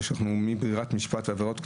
או שמבררת משפט לעבירות קנס,